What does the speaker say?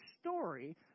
story